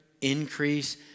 increase